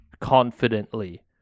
confidently